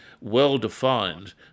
well-defined